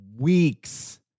weeks